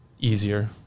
easier